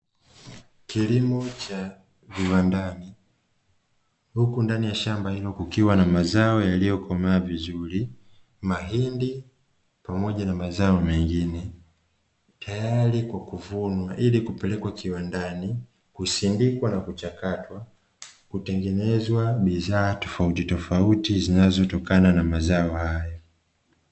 Kilimo cha viwandani huku ndani ya shamba hilo kukiwa na mazao yaliyo komaa vizuri; mahindi pamoja na mazao mengine tayari kwa kuvunwa ili kupelekwa viwandani, kusindikwa na kuchakatwa kutengenezwa bidhaa tofautitofauti zinazotokana na mazao hayo.